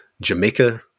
jamaica